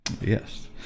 Yes